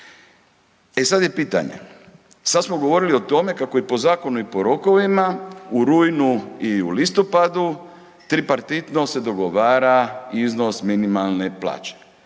E sad je pitanje, sad smo govorili o tome kako je po zakonu i po rokovima u rujnu i u listopadu tripartitno se dogovara iznos minimalne plaće.